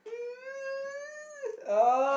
uh oh